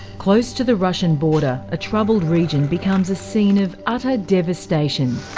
close to the russian border, a troubled region becomes a scene of utter devastation.